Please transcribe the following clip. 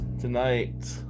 Tonight